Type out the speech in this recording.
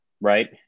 right